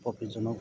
প্ৰফিটজনক